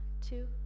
two